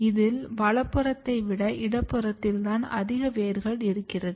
இதில் வலதுபுறத்தை விட இடதுபுறத்தில் தான் அதிக வேர்கள் இருக்கிறது